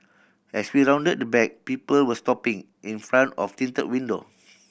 as we rounded the back people were stopping in front of tinted window